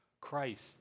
Christ